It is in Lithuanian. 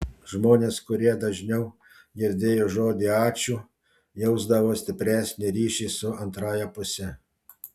žmonės kurie dažniau girdėjo žodį ačiū jausdavo stipresnį ryšį su antrąja puse